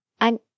I'm-